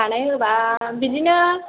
बानायहोबा बिदिनो